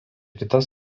kitas